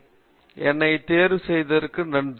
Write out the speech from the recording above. காமகோடி என்னை தேர்வு செய்ததற்கு நன்றி